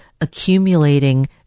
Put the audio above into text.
accumulating